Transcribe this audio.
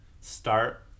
start